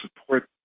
support